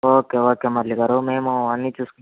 okay okay Murali గారు మేము అన్నీ చూసుకొని